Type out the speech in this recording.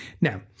Now